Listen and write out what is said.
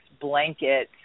blanket